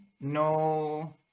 no